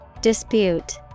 Dispute